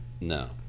No